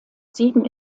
sieben